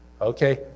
okay